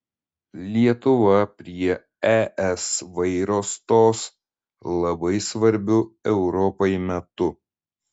lietuva prie es vairo stos labai svarbiu europai metu